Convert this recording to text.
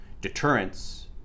Deterrence